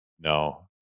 No